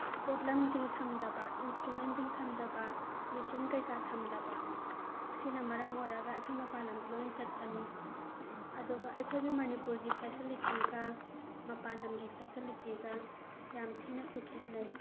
ꯄꯣꯠꯂꯝꯁꯤꯡ ꯊꯝꯗꯕ ꯏꯟꯁꯇ꯭ꯔꯨꯃꯦꯟꯁꯤꯡ ꯊꯝꯗꯕ ꯃꯦꯆꯤꯟ ꯀꯩꯀꯥ ꯊꯝꯗꯕ ꯑꯁꯤꯅ ꯃꯔꯝ ꯑꯣꯏꯔꯒ ꯑꯩꯈꯣꯏ ꯃꯄꯥꯜ ꯂꯝꯗ ꯂꯣꯏꯅ ꯆꯠꯄꯅꯤ ꯑꯗꯨꯒ ꯑꯩꯈꯣꯏꯒꯤ ꯃꯅꯤꯄꯨꯔꯒꯤ ꯐꯦꯁꯤꯂꯤꯇꯤꯒ ꯃꯄꯥꯜ ꯂꯝꯒꯤ ꯐꯦꯁꯤꯂꯤꯇꯤꯒ ꯌꯥꯝ ꯊꯤꯅꯁꯨ ꯈꯦꯠꯅꯩ